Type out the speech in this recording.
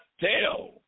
tell